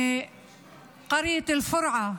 מאל-פורעה.